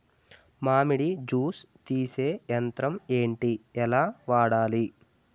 మామిడి జూస్ తీసే యంత్రం ఏంటి? ఎలా వాడాలి?